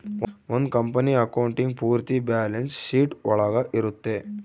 ಒಂದ್ company accounting ಪೂರ್ತಿ balance sheet ಒಳಗ ಇರುತ್ತೆ